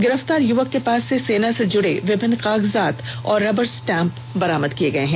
गिरफ्तार युवक के पास से सेना से जुड़े विभिन्न कागजात और रबर स्टाम्प बरामद किए गए हैं